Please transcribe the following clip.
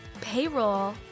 payroll